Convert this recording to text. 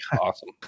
awesome